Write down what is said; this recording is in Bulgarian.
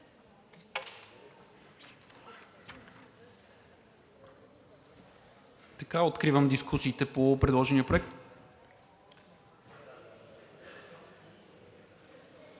Откривам дискусиите по предложения проект.